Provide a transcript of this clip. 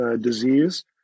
disease